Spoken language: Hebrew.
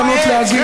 הדברים האלה,